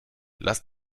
lasst